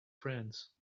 friends